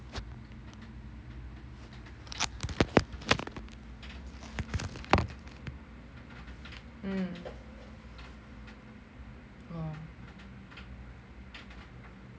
mm mm